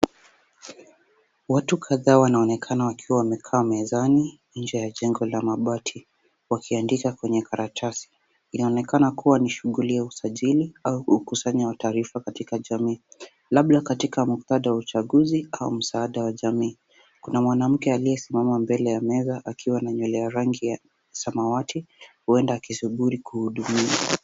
Watu kadhaa wanaonekana wakiwa wamekaa mezani nje ya jengo la mabati wakiandika kwenye karatasi. Inaonekana kuwa ni shughuli ya usajili au ukusanyi wa taarifa katika jamii, labda katika muktadha wa uchaguzi au msaada wa jamii. Kuna mwanamke aliyesimama mbele ya meza akiwa na nywele ya rangi ya samawati, huenda akisubiri kuhudumiwa.